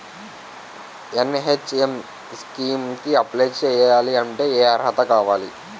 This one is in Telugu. ఎన్.హెచ్.ఎం స్కీమ్ కి అప్లై చేయాలి అంటే ఏ అర్హత కావాలి?